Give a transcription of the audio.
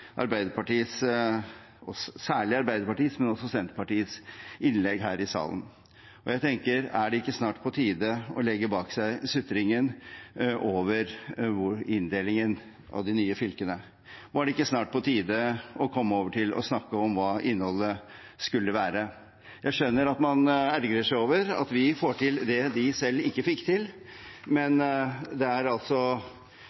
Arbeiderpartiets, men også Senterpartiets, innlegg her i salen. Jeg tenker: Er det ikke snart på tide å legge bak seg sutringen over inndelingen av de nye fylkene? Og er det ikke snart på tide å komme over til å snakke om hva innholdet skulle være? Jeg skjønner at man ergrer seg over at vi får til det de selv ikke fikk til, men